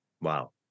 Wow